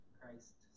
Christ